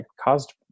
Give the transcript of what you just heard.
caused